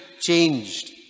changed